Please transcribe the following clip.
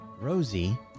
Rosie